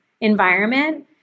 environment